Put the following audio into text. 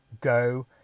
go